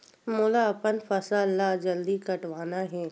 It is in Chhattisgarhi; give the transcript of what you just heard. मोला अपन फसल ला जल्दी कटवाना हे?